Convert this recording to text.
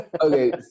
Okay